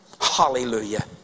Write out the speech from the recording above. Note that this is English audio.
Hallelujah